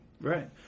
Right